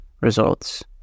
results